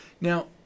Now